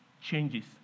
changes